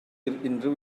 unrhyw